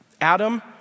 Adam